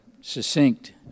succinct